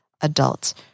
adults